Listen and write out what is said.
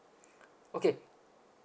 okay